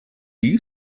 you